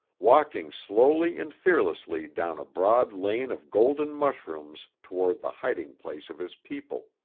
walking slowly and fearlessly down a broad lane of golden mushrooms toward the hiding place of his people.